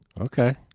Okay